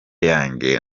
yanjye